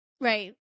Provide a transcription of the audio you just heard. Right